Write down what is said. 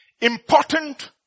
important